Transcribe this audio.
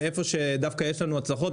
ואיפה שדווקא יש לנו הצלחות,